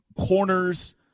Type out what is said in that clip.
corners